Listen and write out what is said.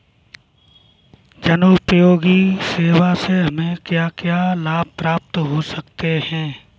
जनोपयोगी सेवा से हमें क्या क्या लाभ प्राप्त हो सकते हैं?